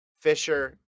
Fisher